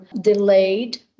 delayed